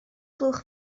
blwch